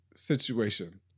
situation